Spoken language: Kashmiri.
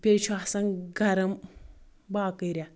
بیٚیہِ چُھ آسان گرم باقٕے رٮ۪تھ